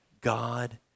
God